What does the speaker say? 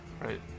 right